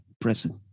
present